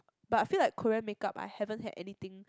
but I feel like Korean make up I haven't had anything